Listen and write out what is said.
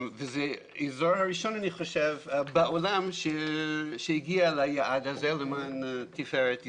אני חושב שזה האזור הראשון בעולם שהגיע ליעד הזה לתפארת ישראל.